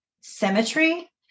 symmetry